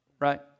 Right